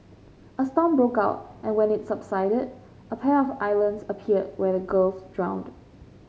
a storm broke out and when it subsided a pair of islands appeared where the girls drowned